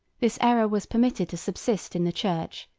this error was permitted to subsist in the church,